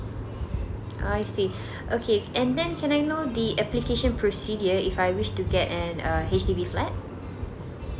I see okay and then can I know the application procedure if I wish to get an a H_D_B flat